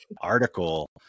article